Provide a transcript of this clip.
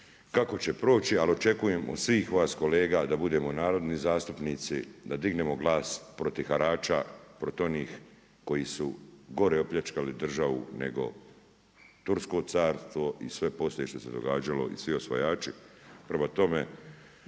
kako će proći, ali očekujem od svih vas kolega da budemo narodni zastupnici, da dignemo glas protiv harača, protiv onih koji su gore opljačkali državu nego Tursko carstvo i sve poslije što se događalo i svi osvajači. Prema tome,